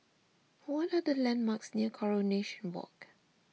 what are the landmarks near Coronation Walk